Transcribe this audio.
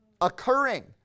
occurring